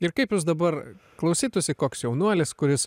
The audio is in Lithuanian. ir kaip jūs dabar klausytųsi koks jaunuolis kuris